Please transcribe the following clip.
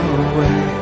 away